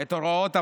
את הוראות המס,